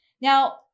now